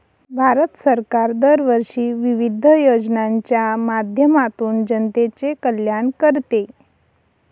भारत सरकार दरवर्षी विविध योजनांच्या माध्यमातून जनतेचे कल्याण करते